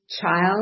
child